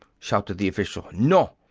shouted the official. no!